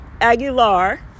Aguilar